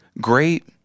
Great